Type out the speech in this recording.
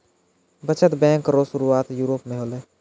बचत बैंक रो सुरुआत यूरोप मे होलै